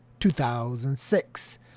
2006